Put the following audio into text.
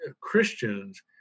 Christians